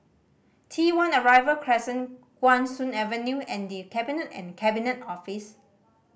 T One Arrival Crescent Guan Soon Avenue and The Cabinet and Cabinet Office